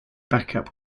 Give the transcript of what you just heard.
backup